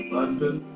London